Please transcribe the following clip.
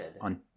On